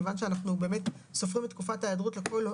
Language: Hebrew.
מכיוון שאנחנו באמת סופרים את תקופת ההיעדרות לכל הורה,